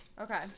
Okay